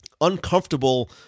uncomfortable